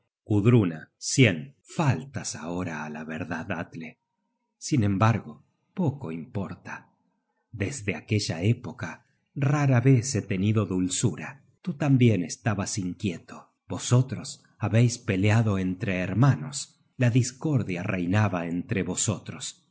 alegre gldruna faltas ahora á la verdad atle sin embargo poco importa desde aquella época rara vez he tenido dulzura tú tambien estabas inquieto vosotros habeis peleado entre hermanos la discordia reinaba entre vosotros